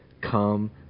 come